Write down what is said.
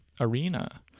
arena